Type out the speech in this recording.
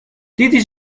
دیدی